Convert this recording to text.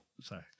Sorry